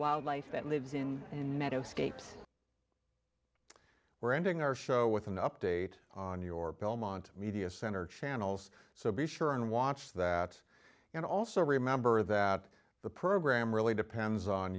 wildlife that lives in and meadow scapes we're ending our show with an update on your belmont media center channels so be sure and watch that and also remember that the program really depends on